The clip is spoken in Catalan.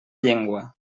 llengua